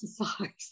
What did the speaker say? exercise